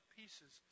pieces